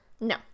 No